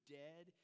dead